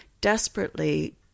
desperately